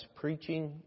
preaching